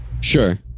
sure